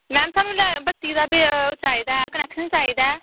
madam ओह् स्हानू बत्ती दा कनेक्शन चाहिदा ऐ